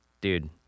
Dude